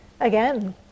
again